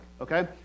Okay